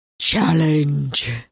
Challenge